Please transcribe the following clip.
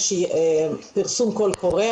יש פרסום קול קורא,